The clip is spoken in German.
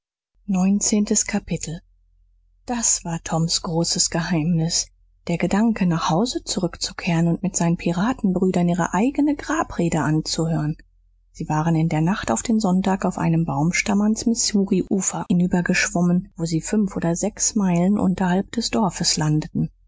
neunzehntes kapitel das war toms großes geheimnis der gedanke nach hause zurückzukehren und mit seinen piratenbrüdern ihre eigene grabrede anzuhören sie waren in der nacht auf den sonntag auf einem baumstamm ans missouriufer hinübergeschwommen wo sie fünf oder sechs meilen unterhalb des dorfes landeten